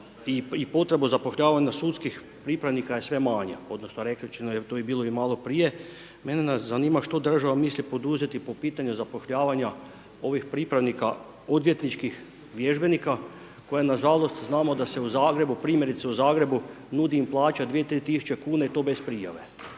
i potreba zapošljavanja sudskih pripravnika je sve manja, odnosno …/nerazumljivo/… to je bilo i malo prije. Mene zanima što država misli poduzeti po pitanju zapošljavanja ovih pripravnika odvjetničkih vježbenika koje nažalost znamo da se u Zagrebu, primjerice u Zagrebu nudi im plaća 2, 3.000 kuna i to bez prijave.